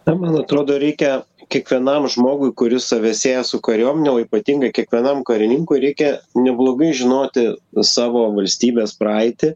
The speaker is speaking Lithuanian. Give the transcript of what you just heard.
na man atrodo reikia kiekvienam žmogui kuris save sieja su kariuomene o ypatingai kiekvienam karininkui reikia neblogai žinoti savo valstybės praeitį